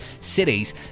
Cities